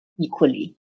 equally